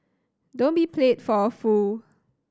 don't be played for a fool